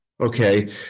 Okay